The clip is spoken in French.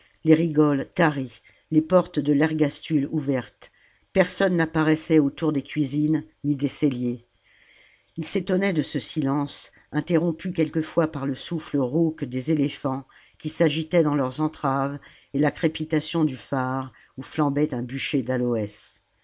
les rigoles taries les portes de l'ergastule ouvertes personne n'apparaissait autour des cuisines ni des celliers ils s'étonnaient de ce silence interrompu quelquefois par le souffle rauque des éléphants qui s'agitaient dans leurs entraves et la crépitation du phare où flambait un bûcher d'aloès